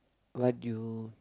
what you